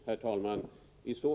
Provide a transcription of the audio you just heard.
Herr talman!